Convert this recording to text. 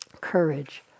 courage